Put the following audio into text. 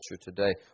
today